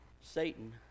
Satan